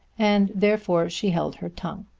and therefore she held her tongue.